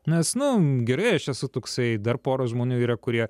nes nu gerai aš esu toksai dar pora žmonių yra kurie